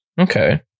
Okay